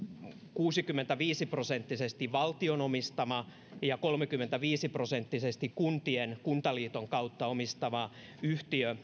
kuusikymmentäviisi prosenttisesti valtion omistama ja kolmekymmentäviisi prosenttisesti kuntaliiton kautta kuntien omistama yhtiö